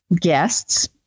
guests